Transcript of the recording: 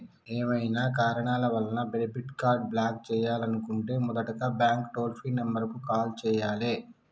ఏవైనా కారణాల వలన డెబిట్ కార్డ్ని బ్లాక్ చేయాలనుకుంటే మొదటగా బ్యాంక్ టోల్ ఫ్రీ నెంబర్ కు కాల్ చేయాలే